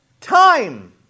time